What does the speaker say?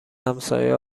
همسایه